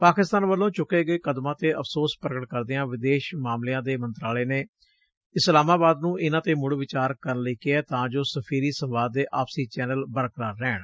ਪਾਕਿਸਤਾਨ ਵਲੋਂ ਚੁਕੇ ਗਏ ਕਦਮਾਂ ਤੇ ਅਫਸੋਸ ਪੁਗਟ ਕਰਦਿਆਂ ਵਿਦੇਸ਼ ਮਾਮਲਿਆਂ ਦੇ ਮੰਤਰਾਲੇ ਨੇ ਇਸਾਲਾਮਾਬਾਦ ਨੰ ਇਨ੍ਹਾਂ ਤੇ ਮੁੜ ਵਿਚਾਰ ਕਰਨ ਲਈ ਕਿਹੈ ਤਾਂ ਜੋ ਸਫੀਰੀ ਸੰਵਾਦ ਦੇ ਆਪਸੀ ਚੈਨਲ ਬਰਕਰਾਰ ਰਹਿਣ